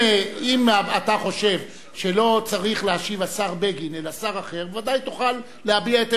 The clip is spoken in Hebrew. אם אתה חושב שלא השר בגין צריך להשיב אלא שר אחר,